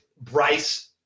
Bryce